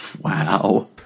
Wow